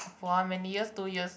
for how many years two years